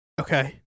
Okay